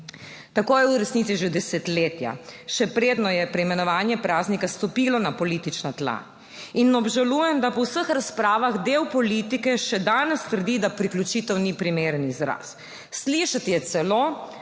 Tako je v resnici že desetletja, še predno je preimenovanje praznika stopilo na politična tla in obžalujem, da po vseh razpravah del politike še danes trdi, da priključitev ni primeren izraz. Slišati je celo